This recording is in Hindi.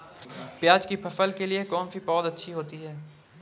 प्याज़ की फसल के लिए कौनसी पौद अच्छी होती है?